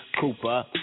Cooper